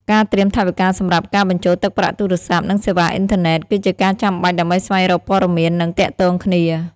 ការត្រៀមថវិកាសម្រាប់ការបញ្ចូលទឹកប្រាក់ទូរស័ព្ទ និងសេវាអ៊ីនធឺណិត គឺជាការចាំបាច់ដើម្បីស្វែងរកព័ត៌មាន និងទាក់ទងគ្នា។